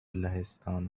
لهستان